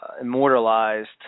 immortalized